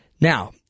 Now